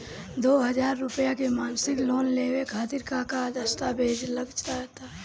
दो हज़ार रुपया के मासिक लोन लेवे खातिर का का दस्तावेजऽ लग त?